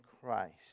Christ